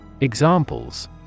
Examples